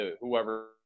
whoever